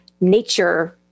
nature